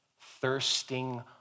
thirsting